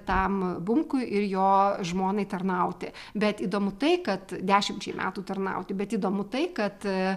tam bunkui ir jo žmonai tarnauti bet įdomu tai kad dešimčiai metų tarnauti bet įdomu tai kad